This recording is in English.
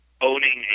owning